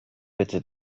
bitte